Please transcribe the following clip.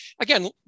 again